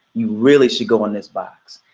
you really should go in this box.